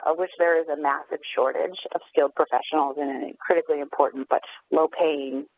ah which there is a massive shortage of skilled professionals in a critically important but low-paying,